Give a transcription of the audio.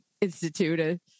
institute